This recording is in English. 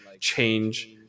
change